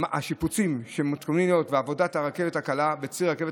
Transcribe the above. השיפוצים שמתוכננים ועבודת הרכבת הקלה בציר הרכבת